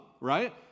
right